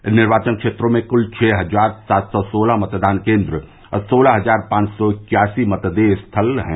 इन निर्वाचन क्षेत्रों में कुल छः हजार सात सौ सोलह मतदान केन्द्र और सोलह हजार पांच सौ इक्यासी मतदेय स्थल हैं